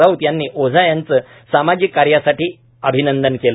राऊत यांनी ओझा यांचे सामाजिक कार्यासाठी अभिनंदन केले